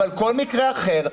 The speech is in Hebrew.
אבל כל מקרה אחר,